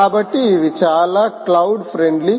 కాబట్టి అవి చాలా క్లౌడ్ ఫ్రెండ్లీ